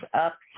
up